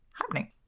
happening